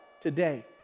today